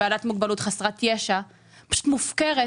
בעלת מוגבלות וחסרת ישע פשוט מופקרת